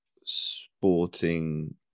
sporting